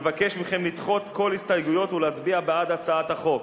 ומבקש מכם לדחות את כל ההסתייגויות ולהצביע בעד הצעת החוק,